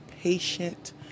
patient